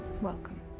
Welcome